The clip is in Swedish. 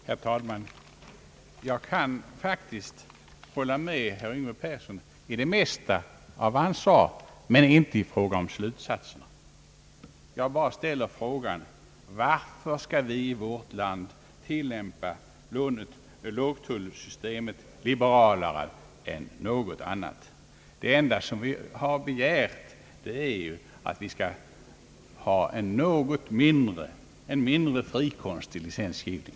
Herr talman! Jag kan faktiskt hålla med herr Yngve Persson i det mesta av vad han anförde, men inte i fråga om slutsatserna. Varför skall vi i vårt land tillämpa lågtullsystemet liberalare än andra länder? Det enda motionärerna begärt är en något mindre frikostig licensiering.